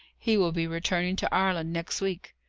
he will be returning to ireland next week.